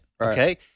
Okay